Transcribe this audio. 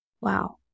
Wow